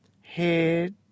head